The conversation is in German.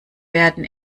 werden